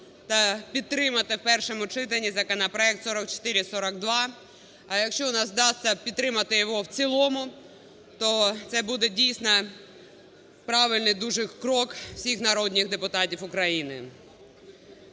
та підтримати в першому читанні законопроект 4442. А якщо у нас вдасться підтримати його в цілому, то це буде дійсно правильний дуже крок всіх народних депутатів України.